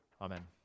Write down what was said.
Amen